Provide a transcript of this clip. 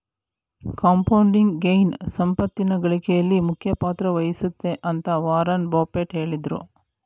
compounding gain ಸಂಪತ್ತಿನ ಗಳಿಕೆಯಲ್ಲಿ ಮುಖ್ಯ ಪಾತ್ರ ವಹಿಸುತ್ತೆ ಅಂತ ವಾರನ್ ಬಫೆಟ್ ಹೇಳಿದ್ರು